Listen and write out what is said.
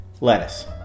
Lettuce